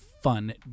fun